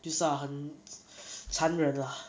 就是 ah 很 残忍 lah